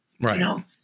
Right